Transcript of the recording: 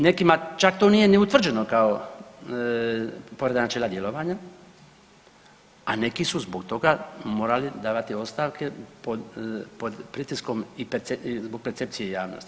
Nekima čak to nije ni utvrđeno kao povreda načela djelovanja, a neki su zbog toga morali davati ostavke pod pritiskom i zbog percepcije javnosti.